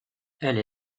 elle